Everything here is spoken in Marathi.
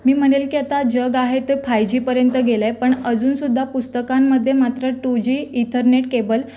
मी म्हणेल की आता जग आहे ते फाय जीपर्यंत गेलं आहे पण अजूनसुद्धा पुस्तकांमध्ये मात्र टू जी ईथरनेट केबल